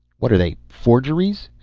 what are they forgeries?